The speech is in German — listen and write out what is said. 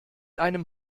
einem